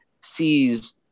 sees